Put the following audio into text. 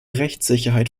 rechtssicherheit